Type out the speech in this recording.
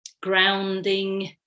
grounding